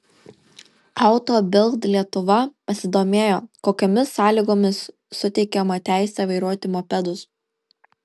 auto bild lietuva pasidomėjo kokiomis sąlygomis suteikiama teisė vairuoti mopedus